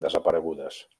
desaparegudes